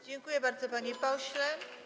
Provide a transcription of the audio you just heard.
Dziękuję bardzo, panie pośle.